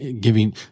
giving